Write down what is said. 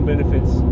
benefits